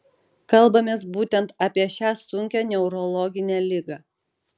kalbamės būtent apie šią sunkią neurologinę ligą